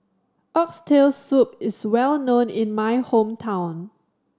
Oxtail Soup is well known in my hometown